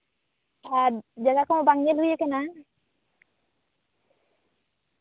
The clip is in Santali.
ᱟᱨ ᱡᱟᱭᱜᱟ ᱠᱚᱦᱚᱸ ᱵᱟᱝ ᱧᱮᱞ ᱦᱩᱭᱟᱠᱟᱱᱟ